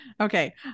Okay